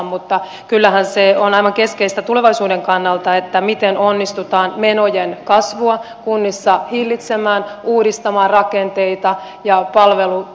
mutta kyllähän se on aivan keskeistä tulevaisuuden kannalta miten onnistutaan menojen kasvua kunnissa hillitsemään uudistamaan rakenteita ja palvelutapoja